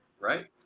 right